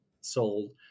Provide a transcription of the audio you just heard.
sold